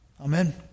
Amen